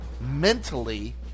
mentally